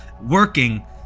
working